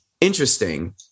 interesting